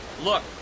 Look